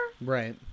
Right